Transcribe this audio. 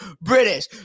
British